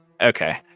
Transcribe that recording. Okay